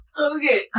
Okay